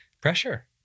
pressure